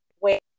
wait